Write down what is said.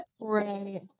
Right